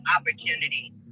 opportunity